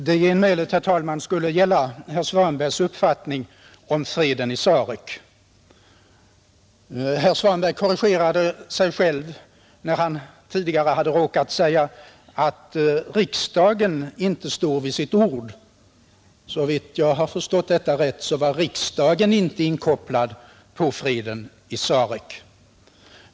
Herr talman! Det genmälet skulle gälla herr Svanbergs uppfattning om freden i Sarek. Herr Svanberg korrigerade sig själv när han tidigare råkat säga att riksdagen inte stod vid sitt ord. Såvitt jag förstått det rätt var riksdagen inte inkopplad på freden i Sarek.